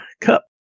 Cup